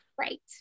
Right